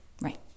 Right